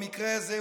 במקרה הזה,